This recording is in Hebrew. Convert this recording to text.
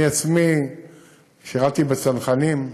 אני עצמי שירתי בצנחנים.